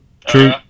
True